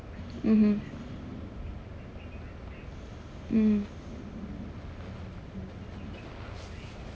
mmhmm mm